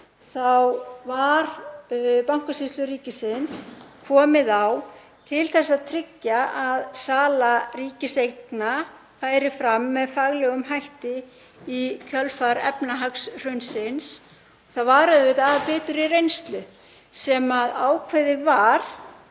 þá var Bankasýslu ríkisins komið á til að tryggja að sala ríkiseigna færi fram með faglegum hætti í kjölfar efnahagshrunsins. Það var því auðvitað af biturri reynslu sem ákveðið var